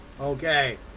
Okay